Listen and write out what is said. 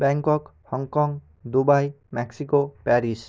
Bangkok Hong Kong Dubai Mexico Paris